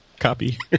Copy